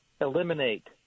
eliminate